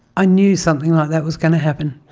ah knew something like that was going to happen.